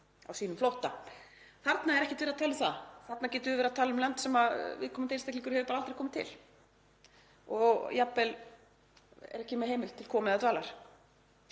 á sínum flótta. Þarna er ekkert verið að tala um það. Þarna getum við verið að tala um land sem viðkomandi einstaklingur hefur bara aldrei komið til og jafnvel er ekki með heimild til komu eða dvalar.